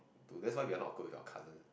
to that's why we are not awkward with our cousins